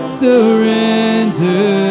surrender